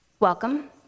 Welcome